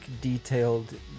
detailed